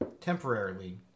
temporarily